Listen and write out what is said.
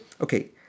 okay